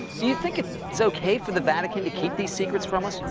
do you think it's so okay for the vatican to keep these secrets from us?